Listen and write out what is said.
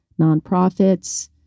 nonprofits